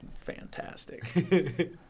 fantastic